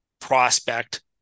prospect